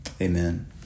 Amen